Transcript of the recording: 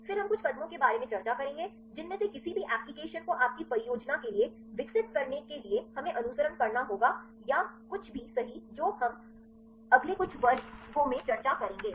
फिर हम कुछ कदमों के बारे में चर्चा करेंगे जिनमें से किसी भी एप्लिकेशन को आपकी परियोजनाओं के लिए विकसित करने के लिए हमें अनुसरण करना होगा या कुछ भी सही जो हम अगले कुछ वर्गों में चर्चा करेंगे